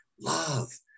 love